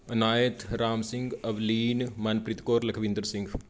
ਪਨਾਇਤ Ram Singh Avleen Manpreet Kaur Lakhwinder Singh